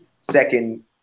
second